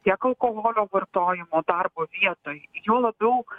tiek alkoholio vartojimo darbo vietoj juo labiau